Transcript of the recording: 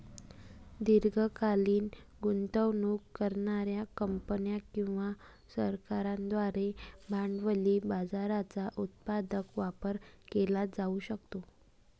दीर्घकालीन गुंतवणूक करणार्या कंपन्या किंवा सरकारांद्वारे भांडवली बाजाराचा उत्पादक वापर केला जाऊ शकतो